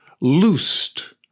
Loosed